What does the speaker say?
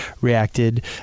reacted